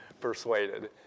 persuaded